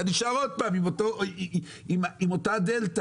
אתה נשאר עוד פעם עם אותה דלתא,